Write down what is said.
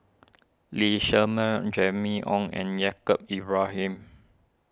Lee Shermay Jimmy Ong and Yaacob Ibrahim